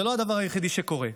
זה לא הדבר היחידי שקורה.